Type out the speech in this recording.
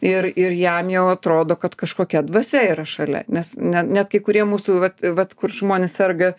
ir ir jam jau atrodo kad kažkokia dvasia yra šalia nes ne net kai kurie mūsų vat vat kur žmonės serga